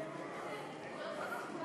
ההצעה